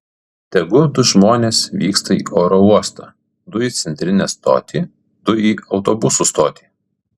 tegu du žmonės vyksta į oro uostą du į centrinę stotį du į autobusų stotį